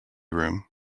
room